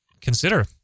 consider